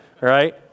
right